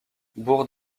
bourg